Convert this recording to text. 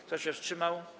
Kto się wstrzymał?